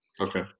Okay